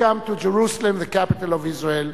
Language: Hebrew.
Welcome to Jerusalem, the Capital of Israel.